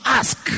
ask